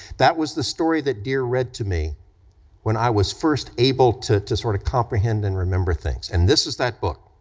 that was the story that dear read to me when i was first able to to sort of comprehend and remember things, and this is that book,